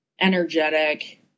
energetic